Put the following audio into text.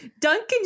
Duncan